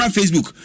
Facebook